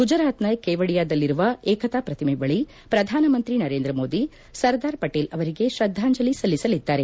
ಗುಜರಾತ್ನ ಕೇವಡಿಯಾದಲ್ಲಿರುವ ಏಕತಾ ಶ್ರತಿಮೆ ಬಳಿ ಶ್ರಧಾನಮಂತ್ರಿ ನರೇಂದ್ರ ಮೋದಿ ಸರ್ದಾರ್ ಪಟೇಲ್ ಅವರಿಗೆ ಶ್ರದ್ಧಾಂಜಲಿ ಸಲ್ಲಿಸಲಿದ್ದಾರೆ